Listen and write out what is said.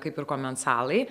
kaip ir komensalai